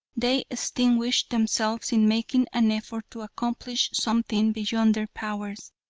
they extinguished themselves in making an effort to accomplish something beyond their powers.